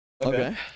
Okay